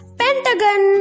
pentagon